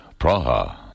Praha. (